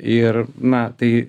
ir na tai